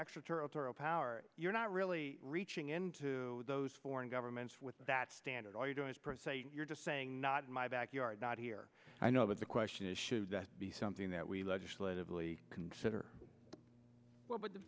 extraterritorial power you're not really reaching into those foreign governments with that standard all you do as per se you're just saying not in my backyard not here i know that the question is should that be something that we legislatively consider what